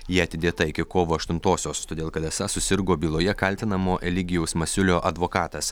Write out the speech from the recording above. ji atidėta iki kovo aštuntosios todėl kad esą susirgo byloje kaltinamo eligijaus masiulio advokatas